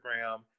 Instagram